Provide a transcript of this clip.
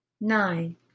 nine